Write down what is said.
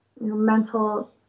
mental